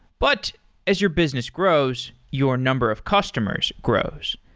but as your business grows, your number of customers grows.